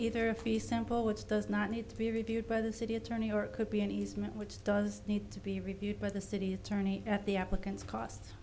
either a free sample which does not need to be reviewed by the city attorney or it could be an easement which does need to be reviewed by the city attorney at the applicant's costs